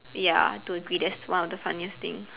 ya to me that's one of the funniest thing